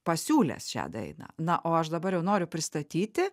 pasiūlęs šią dainą na o aš dabar jau noriu pristatyti